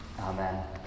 Amen